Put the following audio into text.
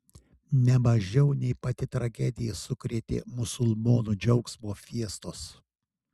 ne mažiau nei pati tragedija sukrėtė musulmonų džiaugsmo fiestos